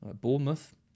Bournemouth